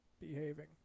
behaving